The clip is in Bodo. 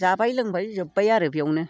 जाबाय लोंबाय जोबबाय आरो बेवनो